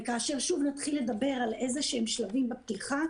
וכאשר שוב נתחיל לדבר על איזה שהם שלבים בפתיחה,